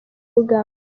uganda